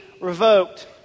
revoked